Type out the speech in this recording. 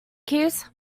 keys